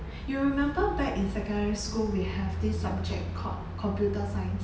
you remember back in secondary school we have this subject called computer science